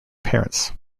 parents